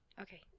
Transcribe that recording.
okay